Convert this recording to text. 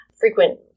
frequent